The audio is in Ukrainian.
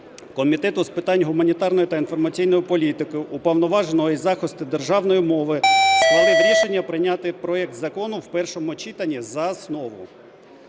Комітету з питань гуманітарної та інформаційної політики, Уповноваженого із захисту державної мови, схвалив рішення прийняти проект закону в першому читанні за основу.